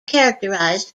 characterized